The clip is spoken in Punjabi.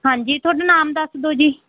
ਹਾਂਜੀ ਤੁਹਾਡਾ ਨਾਮ ਦੱਸ ਦਿਉ ਜੀ